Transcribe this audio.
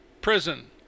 prison